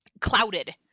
clouded